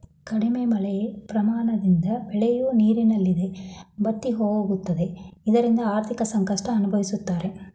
ಕಡಿಮೆ ಮಳೆಯ ಪರಿಣಾಮದಿಂದ ಬೆಳೆಯೂ ನೀರಿಲ್ಲದೆ ಬತ್ತಿಹೋಗುತ್ತದೆ ಇದರಿಂದ ಆರ್ಥಿಕ ಸಂಕಷ್ಟ ಅನುಭವಿಸುತ್ತಾರೆ